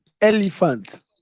Elephant